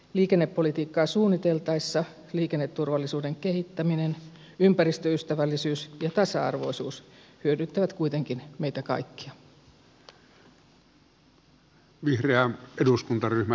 liikennepolitiikkaa suunniteltaessa liikenneturvallisuuden kehittäminen ympäristöystävällisyys ja tasa arvoisuus hyödyttävät kuitenkin meitä kaikkia